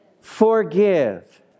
forgive